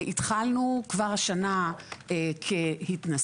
התחלנו כבר השנה כהתנסות,